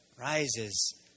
rises